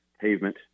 pavement